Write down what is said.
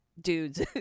dudes